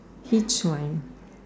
H Y